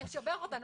לשבח אותנו,